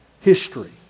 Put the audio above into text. history